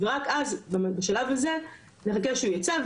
רק אז בשלב הזה נבקש שהוא ייצא,